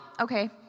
Okay